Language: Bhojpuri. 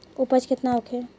उपज केतना होखे?